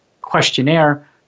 questionnaire